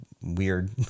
weird